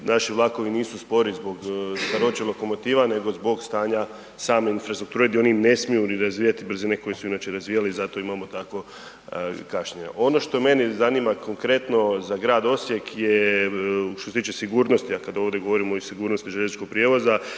naši vlakovi nisu spori zbog staroće lokomotiva nego zbog stanja same infrastrukture gdje oni ne smiju razvijati brzine koje su inače razvijali i zato imamo takvo kašnjenja. Ono što mene zanima konkretno za grad Osijek je, što se tiče sigurnosti, a kad ovdje govorimo o sigurnosti željezničkog prijevoza